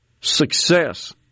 success